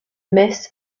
miss